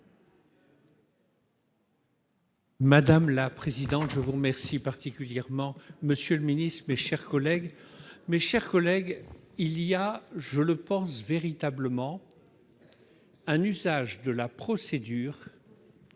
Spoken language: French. Madame la présidente, je vous remercie particulièrement Monsieur le Ministre, mes chers collègues, mes chers collègues, il y a, je le pense véritablement un usage de la procédure.